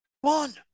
One